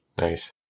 Nice